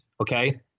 okay